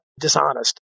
dishonest